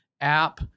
app